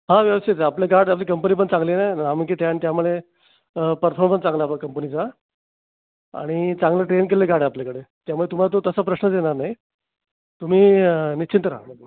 हा व्यवस्थित आहे आपले गार्ड आपली कंपनी पण चांगली आहे ना परफॉर्मन्स चांगला कंपनीचा आणि चांगलं ट्रेन केलेले गार्ड आहे आपल्याकडे त्यामुळे तुम्हाला तो तसा प्रश्नच येणार नाही तुम्ही निश्चिन्त राहा